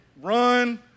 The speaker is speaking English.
run